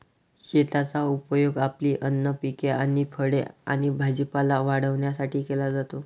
शेताचा उपयोग आपली अन्न पिके आणि फळे आणि भाजीपाला वाढवण्यासाठी केला जातो